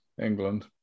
England